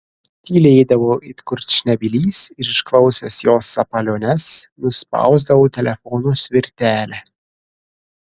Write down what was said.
tylėdavau it kurčnebylis ir išklausęs jos sapaliones nuspausdavau telefono svirtelę